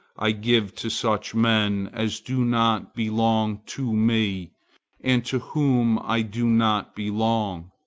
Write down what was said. i give to such men as do not belong to me and to whom i do not belong.